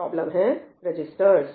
problem है registers